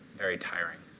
very tiring.